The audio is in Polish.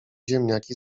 ziemniaki